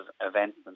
events